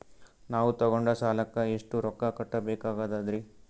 ನಾವು ತೊಗೊಂಡ ಸಾಲಕ್ಕ ಎಷ್ಟು ರೊಕ್ಕ ಕಟ್ಟಬೇಕಾಗ್ತದ್ರೀ?